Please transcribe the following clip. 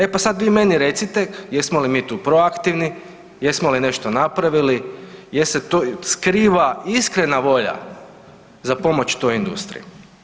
E pa sad vi meni recite jesmo li mi tu proaktivni, jesmo li nešto napravili, jel se to skriva iskrena volja za pomoć toj industriji?